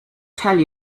tell